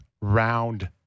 round